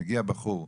מגיע בחור,